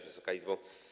Wysoka Izbo!